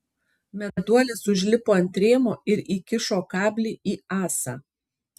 meduolis užlipo ant rėmo ir įkišo kablį į ąsą